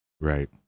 right